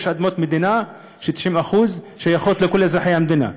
יש אדמות מדינה ש-90% מהן שייכות לכל אזרחי המדינה,